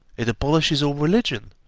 it abolishes all religion,